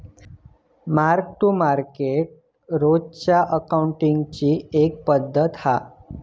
mark to market रोजच्या अकाउंटींगची एक पद्धत हा